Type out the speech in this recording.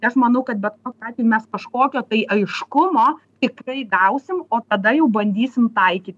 aš manau kad bet kokiu atveju mes kažkokio tai aiškumo tikrai gausim o tada jau bandysim taikyt